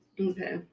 Okay